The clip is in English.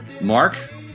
Mark